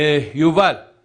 על